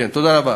כן, תודה רבה.